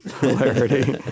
Hilarity